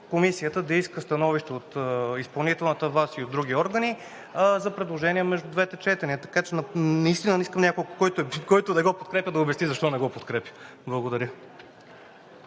Комисията да иска становище от изпълнителната власт и от други органи за предложения между двете четения. Така че наистина не искам някой, който не го подкрепя, да обясни защо не го подкрепя. Благодаря.